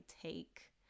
take